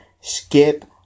skip